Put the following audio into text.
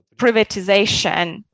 privatization